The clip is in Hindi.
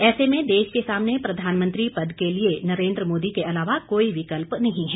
ऐसे में देश के सामने प्रधानमंत्री पद के लिए नरेन्द्र मोदी के अलावा कोई विकल्प नहीं है